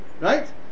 right